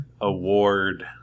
award